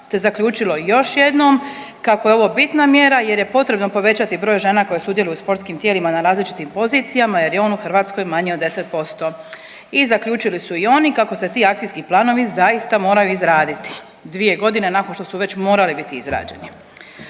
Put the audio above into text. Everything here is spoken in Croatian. te zaključilo još jednom kako je ovo bitna mjera jer je potrebno povećati broj žena koje sudjeluju u sportskim tijelima na različitim pozicijama jer je on u Hrvatskoj manji od 10%. I zaključili su i oni kako se ti akcijski planovi zaista moraju izraditi, dvije godine nakon što su već morali biti izrađeni.